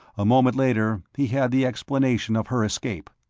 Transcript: a moment later, he had the explanation of her escape.